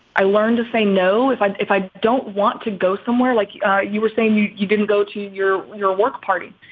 i learned to say no, if i if i don't want to go somewhere like you were saying, you you didn't go to your your work party.